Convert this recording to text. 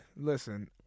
listen